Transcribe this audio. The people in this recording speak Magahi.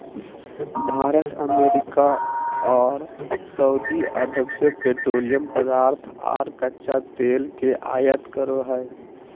भारत अमेरिका आर सऊदीअरब से पेट्रोलियम पदार्थ आर कच्चा तेल के आयत करो हय